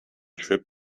trip